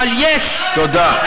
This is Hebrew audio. אבל יש, תודה.